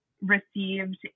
received